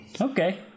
Okay